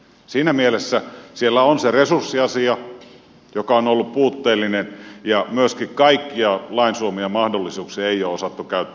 siinä mielessä siellä on se resurssiasia joka on ollut puutteellinen ja myöskään kaikkia lain suomia mahdollisuuksia ei ole osattu käyttää